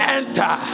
enter